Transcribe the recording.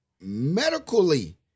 medically